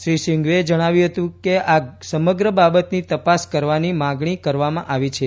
શ્રી સિંઘવીએ જણાવ્યું આ સમગ્ર બાબતની તપાસ કરવાની માંગણી કરવામાં આવી છે